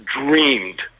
dreamed